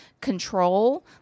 control